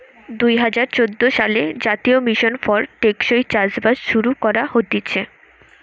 দুই হাজার চোদ্দ সালে জাতীয় মিশন ফর টেকসই চাষবাস শুরু করা হতিছে